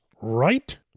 right